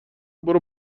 برو